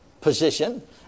position